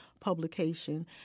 publication